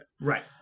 Right